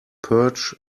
perch